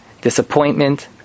disappointment